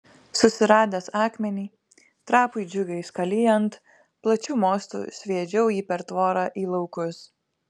susiradęs akmenį trapui džiugiai skalijant plačiu mostu sviedžiau jį per tvorą į laukus